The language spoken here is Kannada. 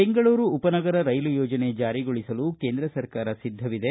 ಬೆಂಗಳೂರು ಉಪನಗರ ರೈಲು ಯೋಜನೆ ಜಾರಿಗೊಳಿಸಲು ಕೇಂದ್ರ ಸರ್ಕಾರ ಸಿದ್ಧವಿದೆ